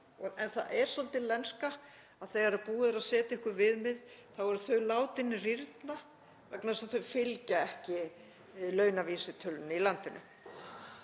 En það er svolítil lenska að þegar búið er að setja einhver viðmið eru þau látin rýrna vegna þess að þau fylgja ekki launavísitölunni í landinu.